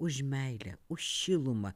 už meilę už šilumą